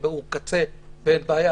שהוא בקצה ואין בעיה,